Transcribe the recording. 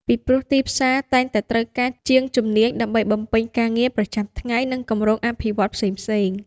ពីព្រោះទីផ្សារតែងតែត្រូវការជាងជំនាញដើម្បីបំពេញការងារប្រចាំថ្ងៃ និងគម្រោងអភិវឌ្ឍន៍ផ្សេងៗ។